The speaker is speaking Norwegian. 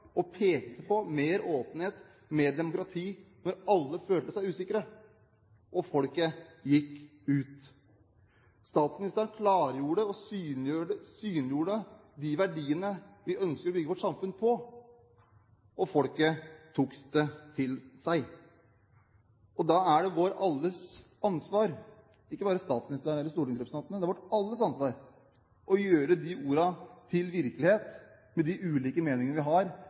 og pekte på mer åpenhet og mer demokrati da alle følte seg usikre og folket gikk ut. Statsministeren klargjorde og synliggjorde de verdiene vi ønsker å bygge vårt samfunn på, og folket tok det til seg. Det er alles ansvar, ikke bare statsministerens og stortingsrepresentantenes, å gjøre de ordene til virkelighet, med de ulike meningene vi har,